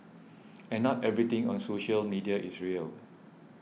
and not everything on social media is real